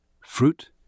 Fruit